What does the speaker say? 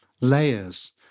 layers